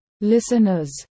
listeners